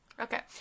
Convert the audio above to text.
Okay